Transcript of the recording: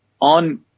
on